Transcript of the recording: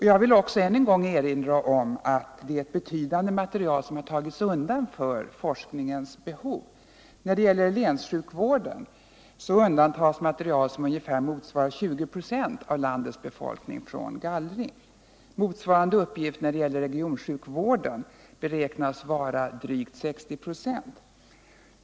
Jag vill också än en gång erinra om att det är ett betydande material som har tagits undan för forskningens behov. När det gäller länssjukvården undantas material som ungefär motsvarar 20 96 av landets befolkning från gallring. Motsvarande uppgift när det gäller regionsjukvården beräknas vara drygt 60 96.